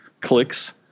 clicks